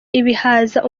ibihaza